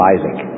Isaac